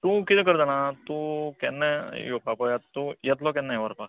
तूं किरें कर जाणा तूं केन्नाय यावपा पळय तूं येतलो केन्ना हे व्हरपा